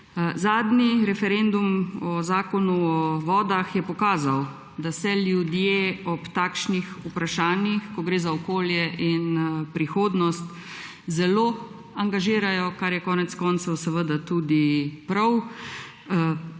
Zadnji referendum o Zakonu o vodah je pokazal, da se ljudje ob takšnih vprašanjih, ko gre za okolje in prihodnost, zelo angažirajo, kar je konec koncev seveda tudi prav.